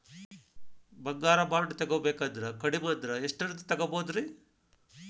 ಬಂಗಾರ ಬಾಂಡ್ ತೊಗೋಬೇಕಂದ್ರ ಕಡಮಿ ಅಂದ್ರ ಎಷ್ಟರದ್ ತೊಗೊಬೋದ್ರಿ?